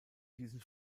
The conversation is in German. diesen